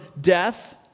death